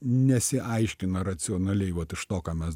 nesiaiškina racionaliai vat iš to ką mes